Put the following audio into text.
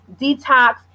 detox